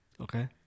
Okay